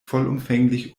vollumfänglich